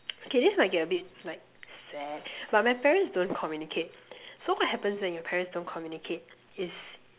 okay this might get a bit like sad but my parents don't communicate so what happens when your parents don't communicate is